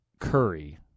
Curry